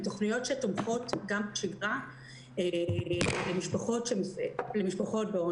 הן תוכניות שתומכות גם בשגרה במשפחות בעוני.